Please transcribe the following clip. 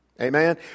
Amen